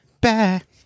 back